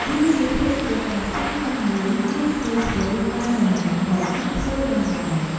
វាជាភេសជ្ជៈដ៏សាមញ្ញមួយ ងាយស្រួលធ្វើ ដែលនរណាក៏អាចធ្វើបានដែរ។